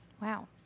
Wow